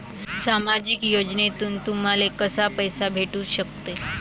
सामाजिक योजनेतून तुम्हाले कसा पैसा भेटू सकते?